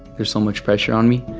there's so much pressure on me.